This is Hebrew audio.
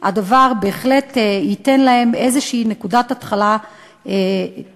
הדבר בהחלט ייתן להם איזושהי נקודת התחלה טובה.